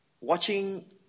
watching